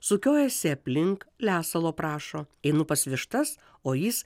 sukiojasi aplink lesalo prašo einu pas vištas o jis